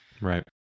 Right